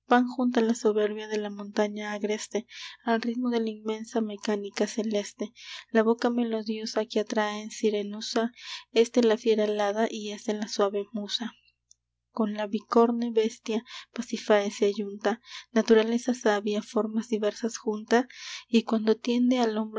pan junta la soberbia de la montaña agreste al ritmo de la inmensa mecánica celeste la boca melodiosa que atrae en sirenusa es de la fiera alada y es de la suave musa con la bicorne bestia pasifae se ayunta naturaleza sabia formas diversas junta y cuando tiende al hombre